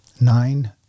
nine